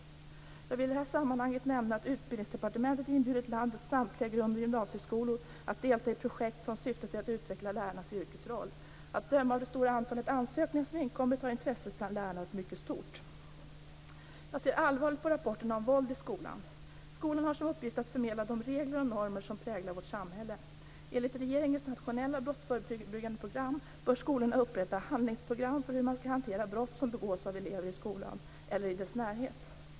Jag vill i det här sammanhanget nämna att Utbildningsdepartementet inbjudit landets samtliga grund och gymnasieskolor att delta i projekt som syftar till att utveckla lärarnas yrkesroll. Att döma av det stora antal ansökningar som inkommit har intresset bland lärarna varit mycket stort. Jag ser allvarligt på rapporterna om våld i skolan. Skolan har som uppgift att förmedla de regler och normer som präglar vårt samhälle. Enligt regeringens nationella brottsförebyggande program bör skolorna upprätta handlingsprogram för hur man skall hantera brott som begås av elever i skolan eller i dess närhet.